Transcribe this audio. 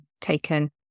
taken